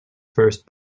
first